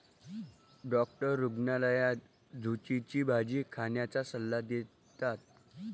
doctor रुग्णाला झुचीची भाजी खाण्याचा सल्ला देतात